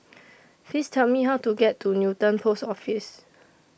Please Tell Me How to get to Newton Post Office